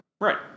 Right